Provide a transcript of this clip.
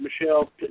Michelle